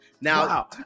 now